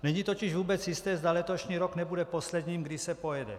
Není totiž vůbec jisté, zda letošní rok nebude posledním, kdy se pojede.